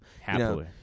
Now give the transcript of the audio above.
happily